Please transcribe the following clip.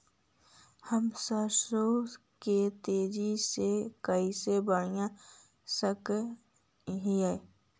हम सरसों के तेजी से कैसे बढ़ा सक हिय?